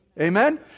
Amen